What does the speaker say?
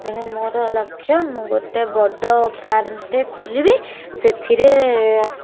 ତେଣୁ ମୋର ଲକ୍ଷ୍ୟ ମୁଁ ଗୋଟେ ବଡ଼ ଫାର୍ମଟେ ଖୋଲିବି ସେଥିରେ